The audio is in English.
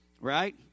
Right